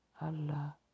Allah